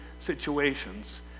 situations